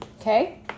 Okay